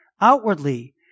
outwardly